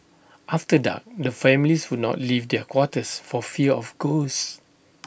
after dark the families would not leave their quarters for fear of ghosts